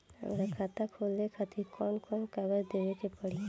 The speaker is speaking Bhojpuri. हमार खाता खोले खातिर कौन कौन कागज देवे के पड़ी?